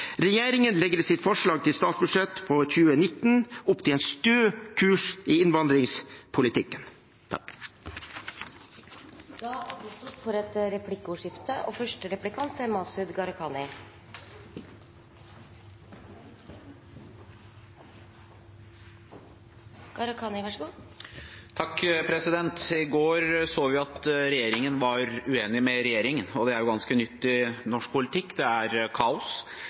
Regjeringen legger i sitt forslag til statsbudsjett for 2019 opp til en stø kurs i innvandringspolitikken. Det blir replikkordskifte. I går så vi at regjeringen var uenig med regjeringen. Det er ganske nytt i norsk politikk. Det er kaos,